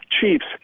Chiefs